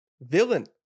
Villain